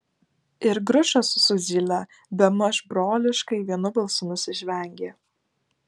ir grušas su zyle bemaž broliškai vienu balsu nusižvengė